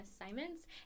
assignments